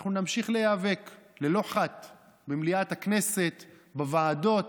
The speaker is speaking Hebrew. אנחנו נמשיך להיאבק ללא חת במליאת הכנסת, בוועדות,